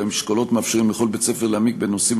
האשכולות מאפשרים לכל בית-ספר להעמיק בנושאים